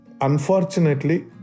unfortunately